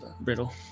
brittle